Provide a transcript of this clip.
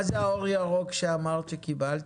מה זה האור הירוק שאמרת שקיבלת?